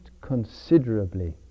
considerably